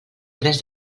tres